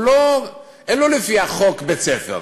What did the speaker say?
אין לו לפי החוק בית-ספר.